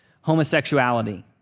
homosexuality